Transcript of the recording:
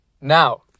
now